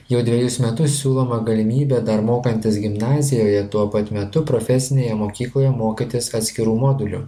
jau dvejus metus siūloma galimybė dar mokantis gimnazijoje tuo pat metu profesinėje mokykloje mokytis atskirų modulių